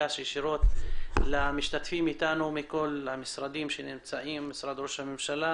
למוות בליל שישי בדליית אל כרמל בסמוך לכיכר השוטר,